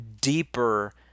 deeper